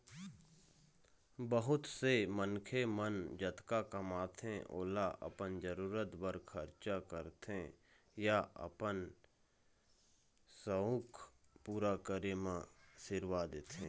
बहुत से मनखे मन जतका कमाथे ओला अपन जरूरत बर खरचा करथे या अपन सउख पूरा करे म सिरवा देथे